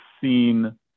seen